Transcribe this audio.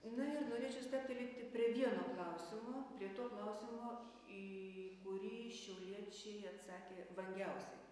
na ir norėčiau staptelėti prie vieno klausimo prie to klausimo į kurį šiauriečiai atsakė vangiausiai